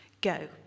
Go